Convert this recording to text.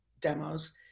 demos